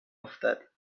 افتد